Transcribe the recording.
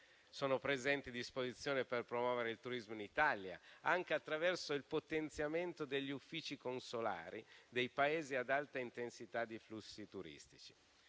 Sono presenti disposizioni per promuovere il turismo in Italia anche attraverso il potenziamento degli uffici consolari dei Paesi ad alta intensità di flussi turistici.